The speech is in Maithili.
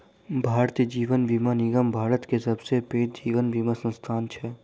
भारतीय जीवन बीमा निगम भारत के सबसे पैघ जीवन बीमा संस्थान छै